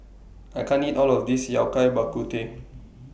I can't eat All of This Yao Cai Bak Kut Teh